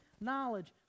knowledge